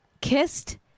Kissed